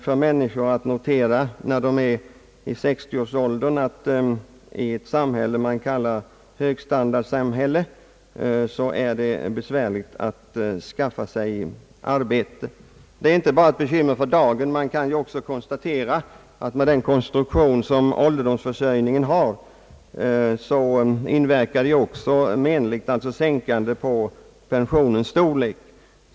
Det innebär helt naturligt något av en personlig tragedi att i ett samhälle, som man kallar för högstandardsamhälle, nödgas konstatera att man får svårt att skaffa sig arbete när man uppnått 60-årsåldern. Det är inte bara ett bekymmer för dagen. Man kan ju också konstatera att med den konstruktion som ålderdomsförsörjningen har inverkar det också menligt, alltså sänkande på pensionens storlek.